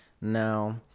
Now